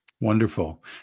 Wonderful